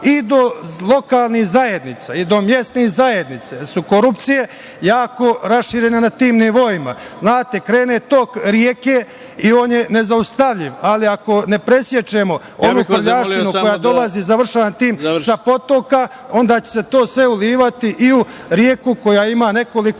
i do lokalnih zajednica i do mesnih zajednica jer su korupcije jako raširene na tim nivoima. Znate, krene tok reke i on je nezaustavljiv, ali ako ne presečemo ono prljavštinu koja dolazi sa tih potoka onda će se to sve ulivati i u reku koja ima nekoliko